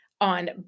on